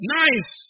nice